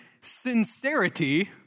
sincerity